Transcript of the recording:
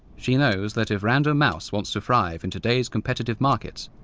she knows that if random mouse wants to thrive in today's competitive markets,